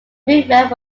movement